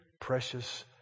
precious